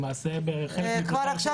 למעשה בחלק מאותם --- כבר עכשיו,